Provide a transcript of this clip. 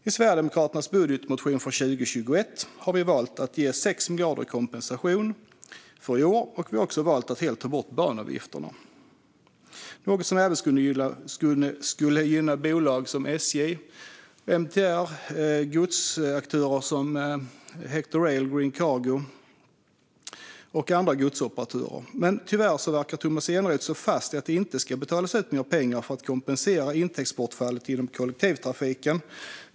I Sverigedemokraternas budgetmotion för 2021 har vi valt att ge 6 miljarder i kompensation för i år. Vi har också valt att helt ta bort banavgifterna. Det skulle även gynna bolag som SJ och MTR, godsaktörer som Hector Rail och Green Cargo och andra. Tyvärr verkar Tomas Eneroth stå fast vid att det inte ska betalas ut mer pengar för att kompensera för intäktsbortfallet inom kollektivtrafiken.